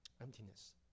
emptiness